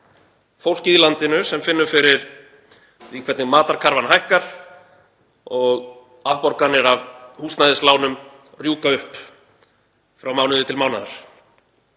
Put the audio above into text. fólkið í landinu sem finnur fyrir því hvernig matarkarfan hækkar og afborganir af húsnæðislánum rjúka upp frá mánuði til mánuðar.